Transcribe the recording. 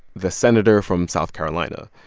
the senator from south carolina.